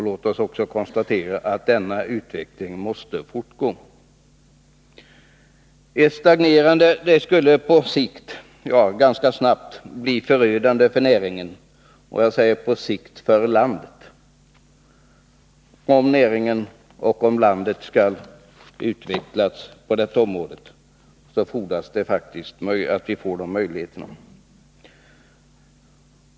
Låt oss också konstatera att denna utveckling måste fortgå. Ett stagnerande skulle ganska snabbt bli förödande för näringen och på sikt för landet. Om näringen och landet skall utvecklas på detta område, fordras det faktiskt att möjligheter till utveckling föreligger.